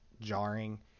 jarring